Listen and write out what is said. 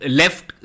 left